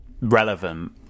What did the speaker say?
relevant